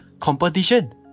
competition